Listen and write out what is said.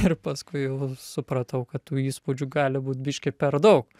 ir paskui jau supratau kad tų įspūdžių gali būt biški per daug